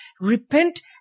Repent